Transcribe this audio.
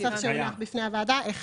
8,